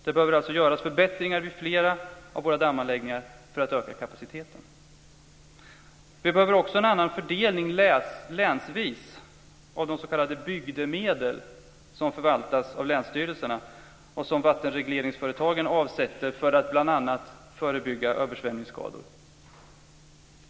Det behöver alltså göras förbättringar vid flera av våra dammanläggningar för att öka kapaciteten. Vi behöver också en annan fördelning länsvis av de s.k. bygdemedel som förvaltas av länsstyrelserna och som vattenregleringsföretagen avsätter för att bl.a. förebygga översvämningsskador.